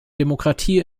demokratie